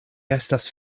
estas